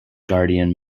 guardian